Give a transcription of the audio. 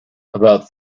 about